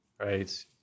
Right